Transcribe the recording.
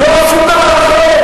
לא שום דבר אחר.